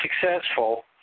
successful